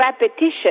repetition